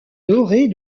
dorée